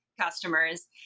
customers